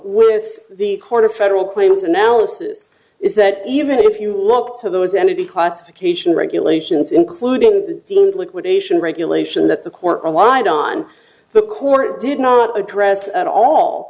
with the court of federal claims analysis is that even if you look to those energy classification regulations including the deemed liquidation regulation that the core aligned on the court did not address at all